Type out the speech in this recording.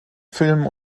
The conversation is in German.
filmen